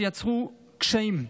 שיצרו קשיים,